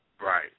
Right